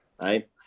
right